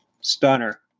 Stunner